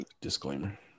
disclaimer